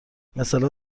مثلا